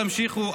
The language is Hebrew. תמשיכו,